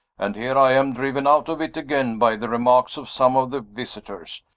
and here i am, driven out of it again by the remarks of some of the visitors.